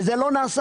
וזה לא נעשה.